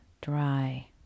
dry